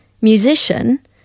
musician